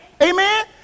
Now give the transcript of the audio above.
Amen